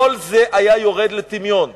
כל זה היה יורד לטמיון.